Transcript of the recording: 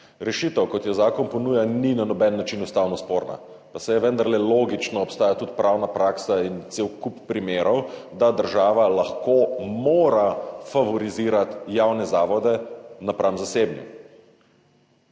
Rešitev, kot jo zakon ponuja, ni na noben način ustavno sporna, pa saj vendarle logično obstaja tudi pravna praksa in cel kup primerov, da država lahko, mora favorizirati javne zavode napram zasebnim.